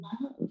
love